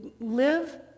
live